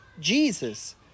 Jesus